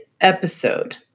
episode